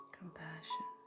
compassion